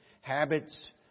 habits